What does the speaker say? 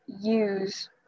use